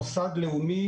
מוסד לאומי,